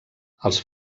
els